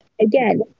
again